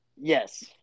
Yes